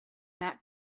that